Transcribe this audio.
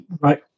right